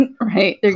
right